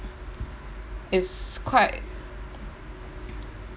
it's quite